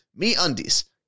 MeUndies